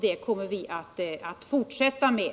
Det kommer vi att fortsätta med.